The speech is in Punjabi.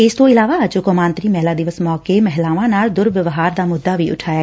ਇਸ ਤੋਂ ਇਲਾਵਾ ਅੱਜ ਕੌਮਾਂਤਰੀ ਮਹਿਲਾ ਦਿਵਸ ਮੌਕੇ ਮਹਿਲਾਵਾਂ ਨਾਲ ਦੁਰ ਵਿਵਹਾਰ ਦਾ ਮੁੱਦਾ ਵੀ ਉਠਿਆ